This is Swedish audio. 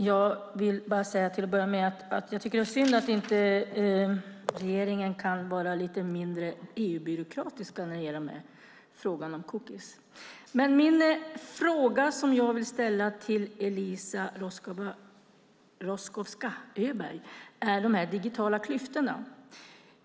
Herr talman! Jag vill först säga att det är synd att regeringen inte kan vara lite mindre EU-byråkratisk när det gäller frågan om cookies. Den fråga jag vill ställa till Eliza Roszkowska Öberg gäller de digitala klyftorna.